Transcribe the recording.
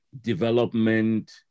development